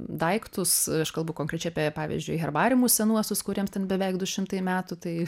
daiktus aš kalbu konkrečiai apie pavyzdžiui herbariumus senuosius kuriems ten beveik du šimtai metų tai